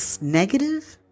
negative